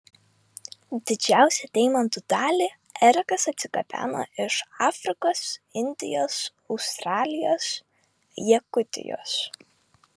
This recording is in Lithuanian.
didžiausią deimantų dalį erikas atsigabeno iš afrikos indijos australijos jakutijos